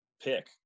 pick